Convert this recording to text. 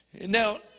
Now